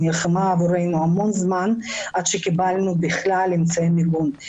היא נלחמה עבורנו זמן רב עד שקיבלנו אמצעי מיגון.